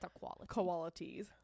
qualities